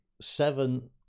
seven